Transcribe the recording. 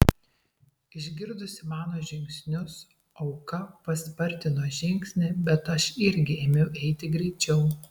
išgirdusi mano žingsnius auka paspartino žingsnį bet aš irgi ėmiau eiti greičiau